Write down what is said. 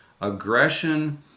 Aggression